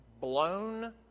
blown